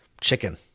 chicken